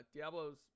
Diablo's